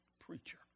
preacher